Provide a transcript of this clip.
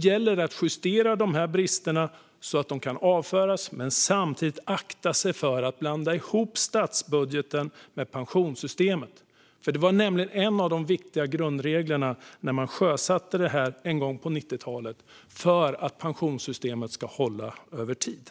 gäller det att justera bristerna så att de kan avföras men samtidigt akta sig för att blanda ihop statsbudgeten med pensionssystemet. Det var nämligen en av de viktiga grundreglerna när man en gång på 90talet sjösatte det för att pensionssystemet ska hålla över tid.